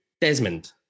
Desmond